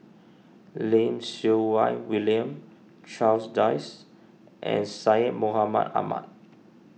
Lim Siew Wai William Charles Dyce and Syed Mohamed Ahmed